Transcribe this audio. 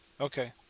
Okay